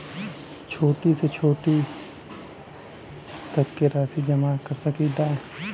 छोटी से छोटी कितना तक के राशि जमा कर सकीलाजा?